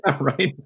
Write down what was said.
Right